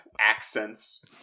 accents